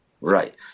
Right